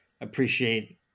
appreciate